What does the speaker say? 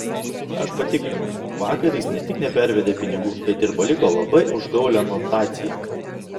aš patikrinau vakar jis ne tik nepervedė pinigų bet ir paliko labai užgaulią notaciją